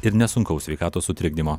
ir nesunkaus sveikatos sutrikdymo